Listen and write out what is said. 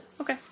Okay